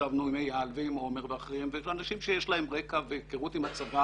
ישבנו עם אייל ועם עמר ואחרים אנשים שיש להם רקע והיכרות עם הצבא